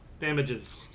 damages